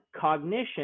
cognition